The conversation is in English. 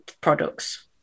products